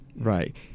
right